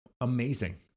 amazing